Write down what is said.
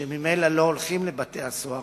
כשממילא לא הולכים לבתי-הסוהר,